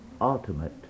ultimate